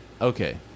Okay